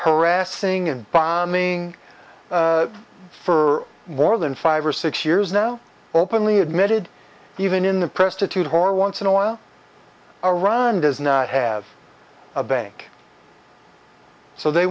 harassing and bombing for more than five or six years now openly admitted even in the press to to the horror once in a while a run does not have a bank so they